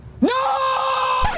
No